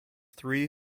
three